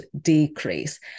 decrease